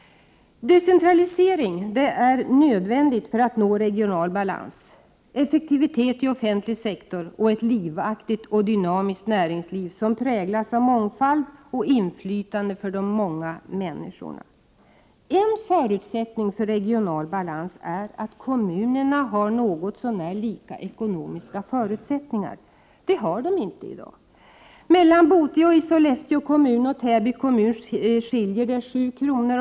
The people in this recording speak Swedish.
Decentralisering är nödvändig för att nå regional balans, effektivitet i offentlig sektor och ett livaktigt och dynamiskt näringsliv, som präglas av mångfald och inflytande för de många människorna. En förutsättning för regional balans är att kommunerna har något så när lika ekonomiska förutsättningar. Det har de inte i dag. Mellan Boteå i Sollefteå kommun och Täby kommun skiljer det 7 kr.